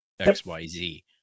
XYZ